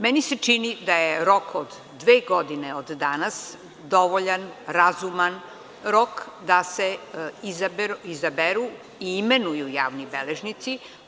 Meni se čini da je rok od dve godine od danas dovoljan, razuman rok da se izaberu i imenuju javni beležnici.